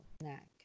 snack